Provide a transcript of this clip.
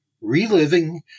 Reliving